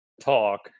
talk